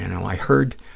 and um i heard